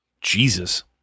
Jesus